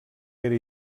era